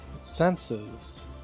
Senses